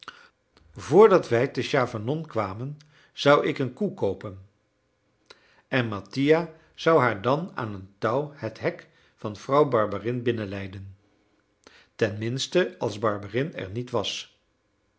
dat wij te chavanon kwamen zou ik een koe koopen en mattia zou haar dan aan een touw het hek van vrouw barberin binnenleiden tenminste als barberin er niet was